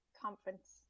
conference